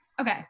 Okay